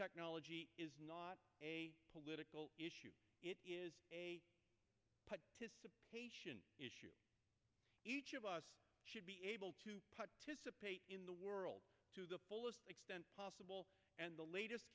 technology is not a political issue it is a participation issue each of us should be able to participate in the world to the fullest extent possible and the latest